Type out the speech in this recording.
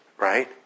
Right